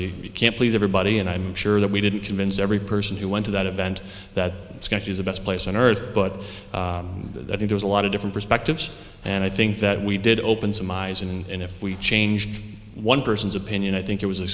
you can't please everybody and i'm sure that we didn't convince every person who went to that event that it's going to choose the best place on earth but i think there's a lot of different perspectives and i think that we did open some eyes and if we changed one person's opinion i think it was a